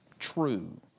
true